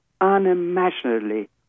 unimaginably